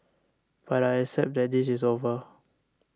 but I accept that this is over